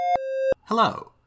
Hello